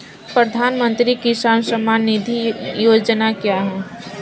प्रधानमंत्री किसान सम्मान निधि योजना क्या है?